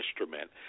instrument